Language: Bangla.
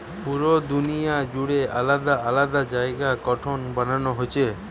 পুরা দুনিয়া জুড়ে আলাদা আলাদা জাগাতে কটন বানানা হচ্ছে